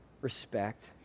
respect